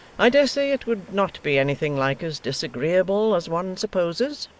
i dare say it would not be anything like as disagreeable as one supposes